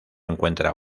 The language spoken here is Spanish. encuentra